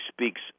speaks